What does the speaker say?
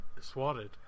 swatted